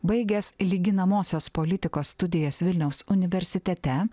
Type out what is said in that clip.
baigęs lyginamosios politikos studijas vilniaus universitete